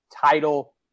title